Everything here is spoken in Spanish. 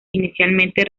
inicialmente